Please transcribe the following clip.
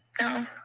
no